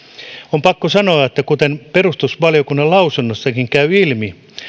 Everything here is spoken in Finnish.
on pakko sanoa että kuten perustuslakivaliokunnan lausunnossakin käy ilmi